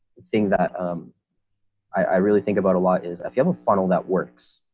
thing that i really think about a lot is if you have a funnel that works,